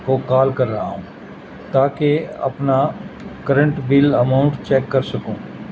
کو کال کر رہا ہوں تاکہ اپنا کرنٹ بل اماؤنٹ چیک کر سکوں